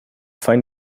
find